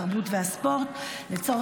התרבות והספורט נתקבלה.